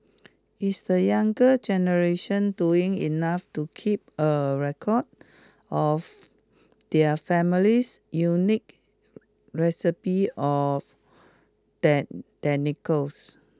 is the younger generation doing enough to keep a record of their family's unique recipes of techniques